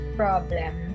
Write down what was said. problem